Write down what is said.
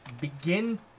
Begin